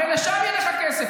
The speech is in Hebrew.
הרי לשם ילך הכסף.